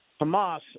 Hamas